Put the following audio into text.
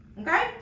okay